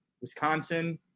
Wisconsin